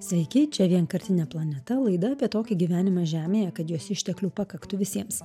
sveiki čia vienkartinė planeta laida apie tokį gyvenimą žemėje kad jos išteklių pakaktų visiems